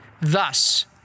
Thus